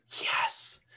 Yes